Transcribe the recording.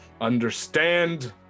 understand